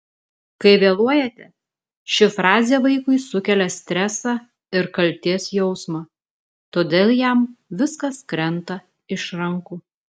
kai vėluojate ši frazė vaikui sukelia stresą ir kaltės jausmą todėl jam viskas krenta iš rankų